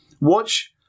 watch